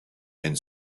and